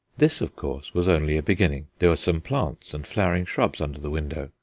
this, of course, was only a beginning. there were some plants and flowering shrubs under the window,